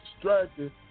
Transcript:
distracted